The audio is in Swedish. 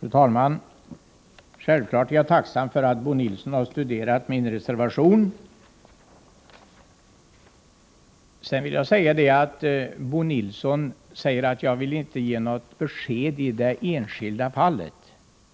Fru talman! Självklart är jag tacksam för att Bo Nilsson studerat min reservation. Han säger att han inte vill ge något besked i det enskilda fallet.